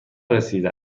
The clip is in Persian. رسیده